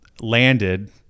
landed